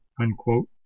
unquote